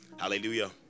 hallelujah